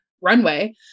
runway